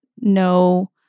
no